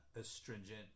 astringent